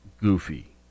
goofy